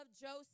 Joseph